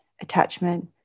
Attachment